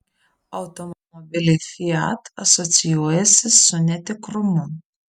automobiliai fiat asocijuojasi su netikrumu